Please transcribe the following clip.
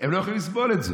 הם לא יכולים לסבול את זה.